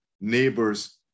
neighbors